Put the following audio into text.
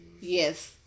Yes